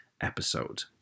episode